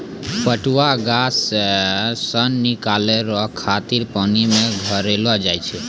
पटुआ गाछ से सन निकालै रो खातिर पानी मे छड़ैलो जाय छै